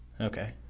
Okay